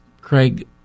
Craig